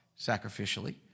Sacrificially